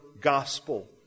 gospel